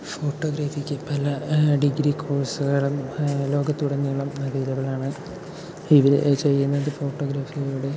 ഫോട്ടോഗ്രഫിക്ക് ഇപ്പം എല്ലാ ഡിഗ്രി കോഴ്സുകളും ലോകത്ത് ഉടനീളം അവൈലബിൾ ആണ് ഇവർ ചെയ്യുന്നത് ഫോട്ടോഗ്രഫിയുടെ